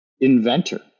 inventor